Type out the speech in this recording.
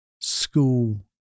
school